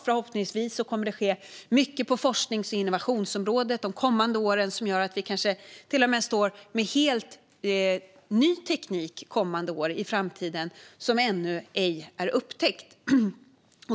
Förhoppningsvis kommer det att ske mycket på forsknings och innovationsområdet de kommande åren som gör att vi i framtiden kanske till och med har helt ny teknik som ännu ej är upptäckt.